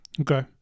Okay